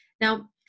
Now